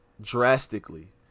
drastically